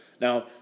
Now